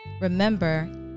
Remember